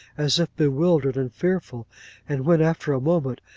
as if bewildered and fearful and when, after a moment,